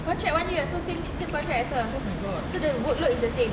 contract one year so same same contract as her so the workload is the same